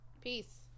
Peace